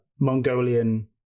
Mongolian